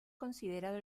considerado